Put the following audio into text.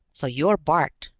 so you're bart.